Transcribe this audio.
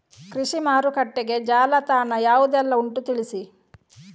ಕೃಷಿ ಮಾರುಕಟ್ಟೆಗೆ ಜಾಲತಾಣ ಯಾವುದೆಲ್ಲ ಉಂಟು ತಿಳಿಸಿ